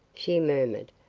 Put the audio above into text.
she murmured,